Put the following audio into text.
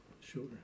Sure